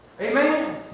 Amen